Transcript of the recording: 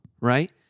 right